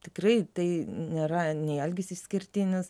tikrai tai nėra nei algis išskirtinis